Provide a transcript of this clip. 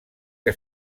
que